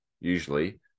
usually